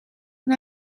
and